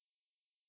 really